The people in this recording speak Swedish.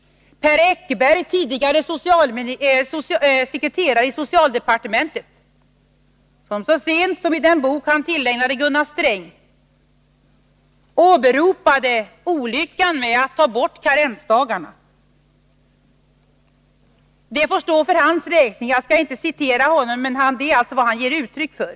Per Eckerberg, tidigare statssekreterare i socialdepartementet, skrev så sent som i den bok som tillägnades Gunnar Sträng att det var en olycka att ta bort karensdagarna. Det får stå för hans räkning, men det är den mening han ger uttryck för.